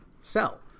sell